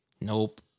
Nope